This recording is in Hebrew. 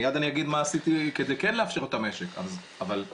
מיד אני אגיד מה עשיתי כדי כן לאפשר המשך כזה ואחר.